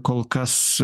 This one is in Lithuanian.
kol kas